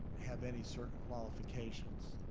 have any certain qualifications.